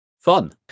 fun